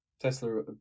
Tesla